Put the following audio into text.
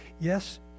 Yes